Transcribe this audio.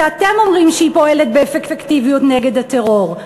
שאתם אומרים שהיא פועלת באפקטיביות נגד הטרור.